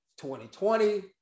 2020